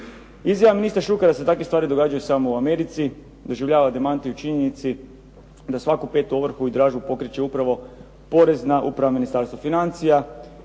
Izjava ministra Šukera da se takve stvari događaju samo u Americi doživljava demanti u činjenici da svaku petu ovrhu i dražbu pokreće upravo Porezna uprava Ministarstva financija